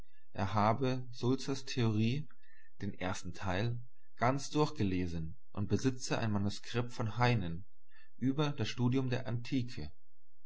er habe sulzers theorie den ersten teil ganz durchgelesen und besitze ein manuskript von heynen über das studium der antike